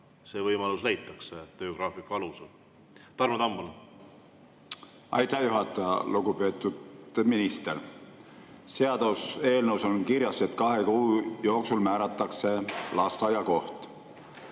see võimalus leitakse töögraafiku alusel. Tarmo Tamm, palun! Aitäh, juhataja! Lugupeetud minister! Seaduseelnõus on kirjas, et kahe kuu jooksul määratakse lasteaiakoht.